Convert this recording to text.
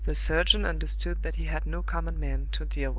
the surgeon understood that he had no common man to deal with.